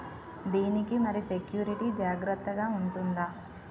దీని కి మరి సెక్యూరిటీ జాగ్రత్తగా ఉంటుందా?